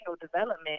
development